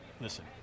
listen